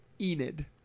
Enid